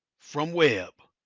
from web.